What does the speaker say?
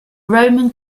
roman